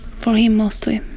for him mostly.